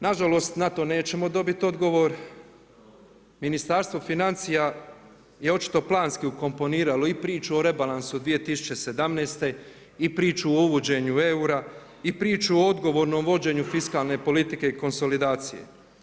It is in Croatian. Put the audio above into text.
Na žalost na to nećemo dobiti odgovor, Ministarstvo financija je očito planski ukomponiralo i priču o rebalansu 2017. i priču o uvođenju eura, i priču o odgovornom vođenju fiskalne politike i konsolidacije.